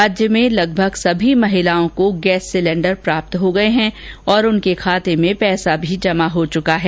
राज्य में लगभग सभी महिलाओं को गैस सिलेन्डर प्राप्त हो गए हैं और उनके खाते में पैसे भी जमा हो चुके हैं